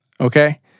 Okay